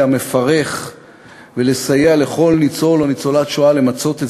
המפרך ולסייע לכל ניצול או ניצולת שואה למצות את